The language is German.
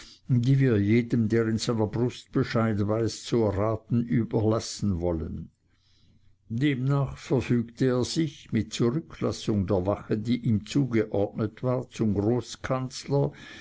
die wir jedem der in seiner brust bescheid weiß zu erraten überlassen wollen demnach verfügte er sich mit zurücklassung der wache die ihm zugeordnet war zum